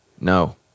No